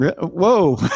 Whoa